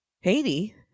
Haiti